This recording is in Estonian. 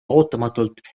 ootamatult